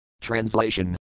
Translation